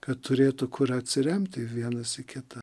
kad turėtų kur atsiremti vienas į kitą